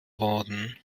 worden